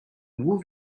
vous